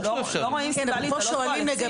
לא סתם אנחנו מתעקשים.